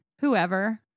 whoever